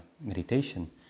meditation